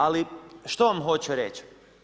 Ali, što vam hoću reći?